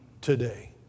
today